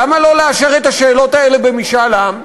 למה לא לאשר את השאלות האלה במשאל עם?